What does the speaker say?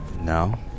No